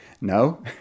No